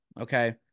Okay